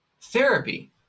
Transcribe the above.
Therapy